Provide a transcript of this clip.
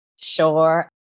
sure